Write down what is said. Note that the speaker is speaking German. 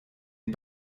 den